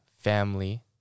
family